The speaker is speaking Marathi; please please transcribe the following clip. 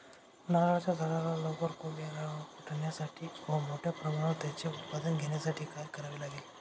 नारळाच्या झाडाला लवकर कोंब फुटण्यासाठी व मोठ्या प्रमाणावर त्याचे उत्पादन घेण्यासाठी काय करावे लागेल?